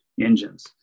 engines